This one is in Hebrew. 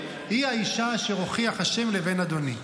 היא האישה אשר הוכיח ה' לבן אדוני.